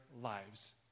lives